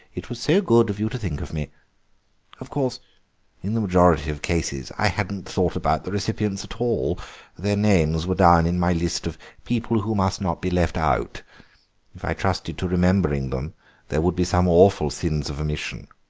it was so good of you to think of me of course in the majority of cases i hadn't thought about the recipients at all their names were down in my list of people who must not be left out if i trusted to remembering them there would be some awful sins of omission.